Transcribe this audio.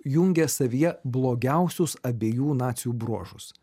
jungia savyje blogiausius abiejų nacijų bruožus